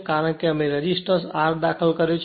કારણ કે અમે તે રેઝિસ્ટર R દાખલ કર્યો છે